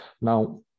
Now